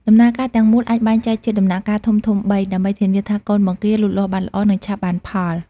ដំណើរការទាំងមូលអាចបែងចែកជាដំណាក់កាលធំៗបី ដើម្បីធានាថាកូនបង្គាលូតលាស់បានល្អ និងឆាប់បានផល។